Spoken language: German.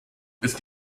ist